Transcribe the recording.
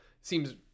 seems